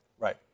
Right